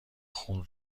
خون